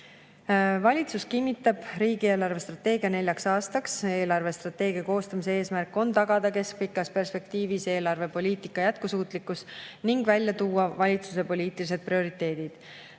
Valitsus kinnitab riigi eelarvestrateegia neljaks aastaks. Eelarvestrateegia koostamise eesmärk on tagada keskpikas perspektiivis eelarvepoliitika jätkusuutlikkus ning välja tuua valitsuse poliitilised prioriteedid.